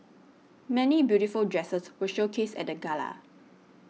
many beautiful dresses were showcased at the gala